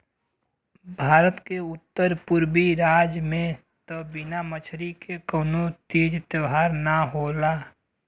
भारत के उत्तर पुरबी राज में त बिना मछरी के बिना कवनो तीज त्यौहार ना होला